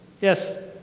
Yes